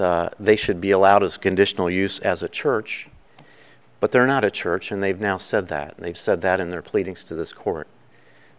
that they should be allowed as conditional use as a church but they're not a church and they've now said that and they've said that in their pleadings to this court